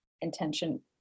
intention